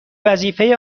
وظیفه